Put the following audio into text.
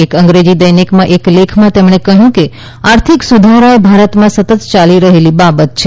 એક અંગ્રેજી દૈનિકમાં એક લેખમાં તેમણે કહ્યું કે આર્થિક સુધારા એ ભારતમાં સતત યાલી રહેલી બાબત છે